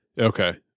Okay